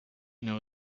know